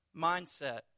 mindset